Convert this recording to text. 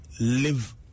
live